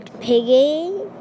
Piggy